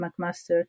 McMaster